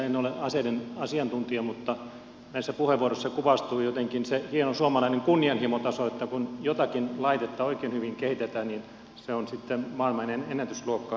en ole aseiden asiantuntija mutta näissä puheenvuoroissa kuvastuu jotenkin se hieno suomalainen kunnianhimotaso että kun jotakin laitetta oikein hyvin kehitetään niin se on sitten laadultaan maailmanennätysluokkaa